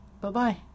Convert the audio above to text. bye-bye